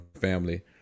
family